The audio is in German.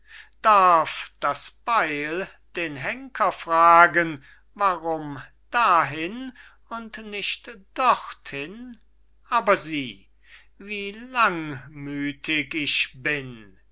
darf das beil den henker fragen warum dahin und nicht dorthin aber sieh wie langmüthig ich bin